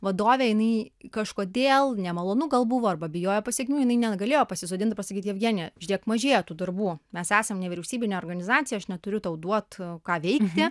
vadovė jinai kažkodėl nemalonu gal buvo arba bijojo pasekmių jinai negalėjo pasisodint pasakyt jevgenija žiūrėk mažėja tų darbų mes esam nevyriausybinė organizacija aš neturiu tau duot ką veikti